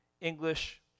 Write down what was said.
English